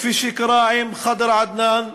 כפי שקרה עם ח'דר עדנאן,